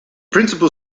principal